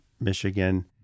Michigan